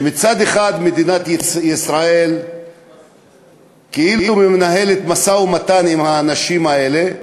שמצד אחד מדינת ישראל כאילו מנהלת משא-ומתן עם האנשים האלה,